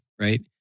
right